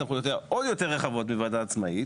סמכויותיה עוד יותר רחבות מוועדה עצמאית.